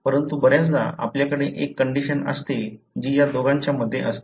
परंतु बऱ्याचदा आपल्याकडे एक कंडिशन असते जी या दोघांच्या मध्ये असते